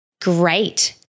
great